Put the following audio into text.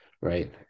Right